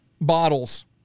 bottles